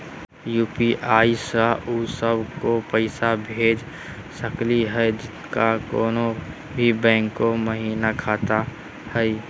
UPI स उ सब क पैसा भेज सकली हई जिनका कोनो भी बैंको महिना खाता हई?